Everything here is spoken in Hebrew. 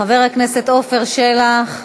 חבר הכנסת עפר שלח.